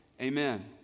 Amen